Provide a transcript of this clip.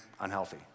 unhealthy